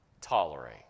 tolerate